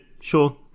Sure